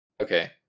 Okay